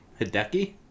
Hideki